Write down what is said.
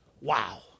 Wow